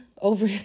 over